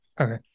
okay